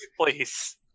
Please